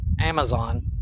Amazon